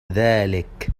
ذلك